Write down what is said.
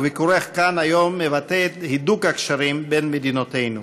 וביקורך כאן היום מבטא את הידוק הקשרים בין מדינותינו.